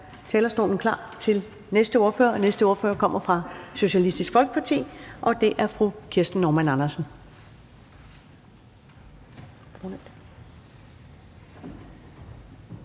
talerstolen klar til næste ordfører. Og næste ordfører kommer fra Socialistisk Folkeparti, og det er fru Kirsten Normann Andersen.